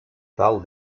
tal